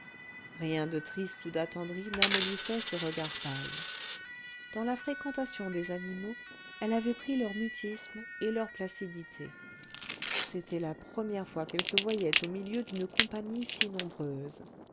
rien de triste ou d'attendri n'amollissait ce regard pâle dans la fréquentation des animaux elle avait pris leur mutisme et leur placidité c'était la première fois qu'elle se voyait au milieu d'une compagnie si nombreuse